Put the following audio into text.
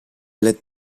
led